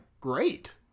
great